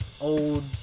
old